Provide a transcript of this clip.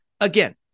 again